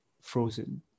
frozen